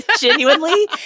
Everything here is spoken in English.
genuinely